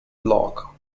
block